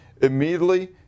Immediately